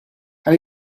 and